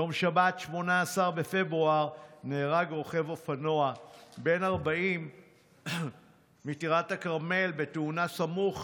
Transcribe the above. ביום שבת 18 בפברואר נהרג רוכב אופנוע בן 40 מטירת הכרמל בתאונה סמוך